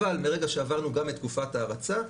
אבל מרגע שעברנו גם את תקופת ההרצה,